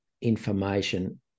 information